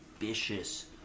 ambitious